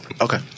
okay